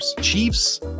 Chiefs